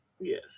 Yes